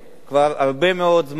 כבר הרבה מאוד זמן,